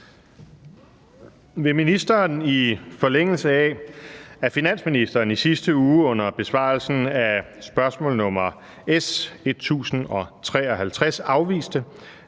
Vil ministeren i forlængelse af, at finansministeren i sidste uge under besvarelsen af spørgsmål nr. S 1053 afviste,